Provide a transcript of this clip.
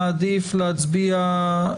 של חוף הכרמל נכלל איסור על הכנסת כלי אוכל